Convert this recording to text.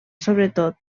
sobretot